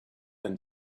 and